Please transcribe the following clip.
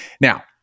Now